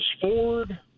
Ford